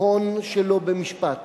הון שלא במשפט.